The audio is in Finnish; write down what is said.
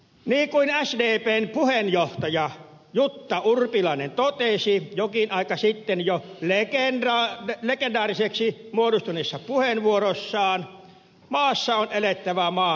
niin kuin sdpn puheenjohtaja jutta urpilainen totesi jokin aika sitten jo legendaariseksi muodostuneessa puheenvuorossaan maassa on elettävä maan tavalla